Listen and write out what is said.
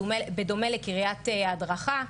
בדומה לקריית ההדרכה.